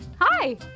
Hi